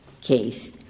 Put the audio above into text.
case